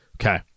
Okay